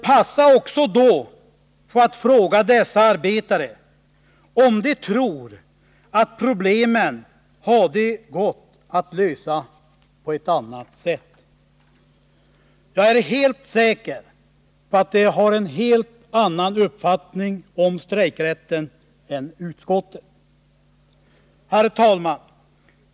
Passa då på att också fråga dem om de tror att problemen hade gått att lösa på annat sätt! Jag är helt säker på att de har en annan uppfattning om strejkrätten än utskottet. Herr talman!